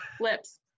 Lips